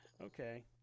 okay